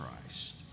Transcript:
Christ